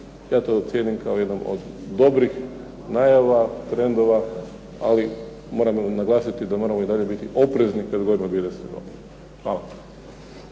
Ja to cijenim kao jednom od dobrih najava, trendova, ali moram naglasiti da moramo i dalje biti oprezni kad govorimo o